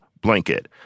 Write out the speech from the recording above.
blanket